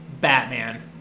Batman